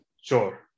Sure